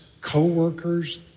co-workers